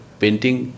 painting